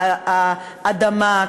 האדמה,